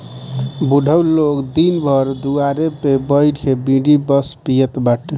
बुढ़ऊ लोग दिन भर दुआरे पे बइठ के बीड़ी बस पियत बाटे